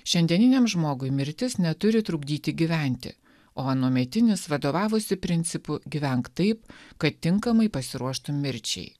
šiandieniniam žmogui mirtis neturi trukdyti gyventi o anuometinis vadovavosi principu gyvenk taip kad tinkamai pasiruoštum mirčiai